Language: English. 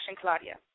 Claudia